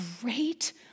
great